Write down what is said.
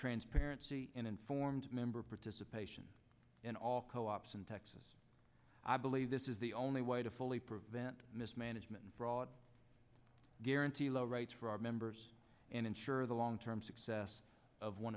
transparency and informed member participation in all co ops in texas i believe this is the only way to fully prevent mismanagement and fraud guarantee low rates for our members and ensure the long term success of one